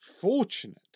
fortunate